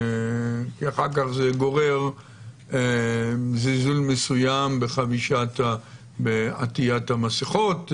דרך אגב, זה גורר זלזול מסוים בעטיית המסכות,